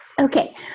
Okay